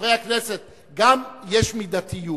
מי ישיב.